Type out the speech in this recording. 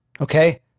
Okay